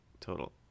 total